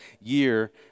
year